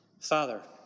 Father